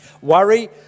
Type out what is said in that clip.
worry